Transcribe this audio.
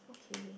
okay